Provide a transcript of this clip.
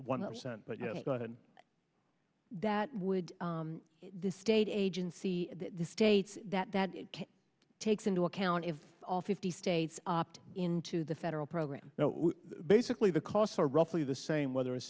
yeah that would the state agency the states that that takes into account if all fifty states opt into the federal program basically the costs are roughly the same whether a